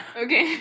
okay